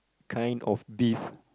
kind of beef